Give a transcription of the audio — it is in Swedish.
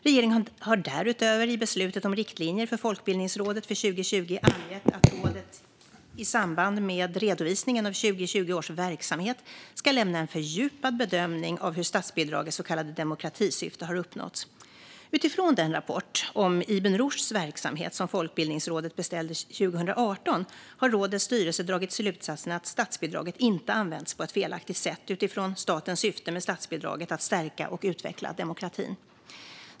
Regeringen har därutöver i beslutet om riktlinjer för Folkbildningsrådet för 2020 angett att rådet i samband med redovisningen av 2020 års verksamhet ska lämna en fördjupad bedömning av hur statsbidragets så kallade demokratisyfte har uppnåtts. Utifrån den rapport om Ibn Rushds verksamhet som Folkbildningsrådet beställde 2018 har rådets styrelse dragit slutsatsen att statsbidraget inte använts på ett felaktigt sätt utifrån statens syfte med statsbidraget att stärka och utveckla demokratin.